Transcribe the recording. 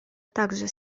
также